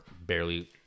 Barely